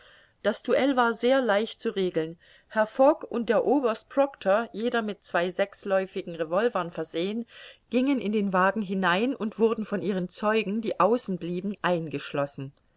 das duell war sehr leicht zu regeln herr fogg und der oberst proctor jeder mit zwei sechsläufigen revolvern versehen gingen in den wagen hinein und wurden von ihren zeugen die außen blieben eingeschlossen